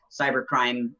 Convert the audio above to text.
cybercrime